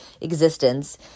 existence